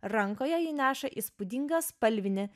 rankoje ji neša įspūdingą spalvinį